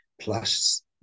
plus